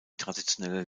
traditionelle